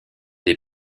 des